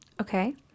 Okay